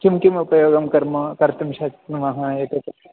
किं किम् उपयोगं कुर्मः कर्तुं शक्नुमः एकैकं